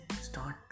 start